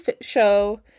show